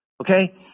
okay